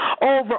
Over